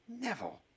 Neville